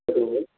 hello